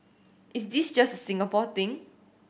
is this just a Singapore thing